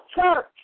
church